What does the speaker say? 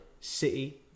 City